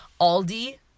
Aldi